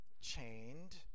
chained